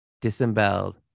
disemboweled